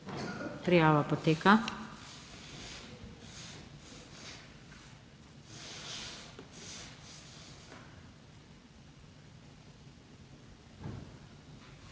prijava poteka